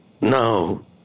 No